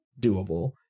doable